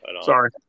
Sorry